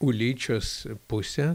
ulyčios pusę